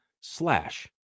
slash